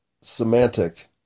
semantic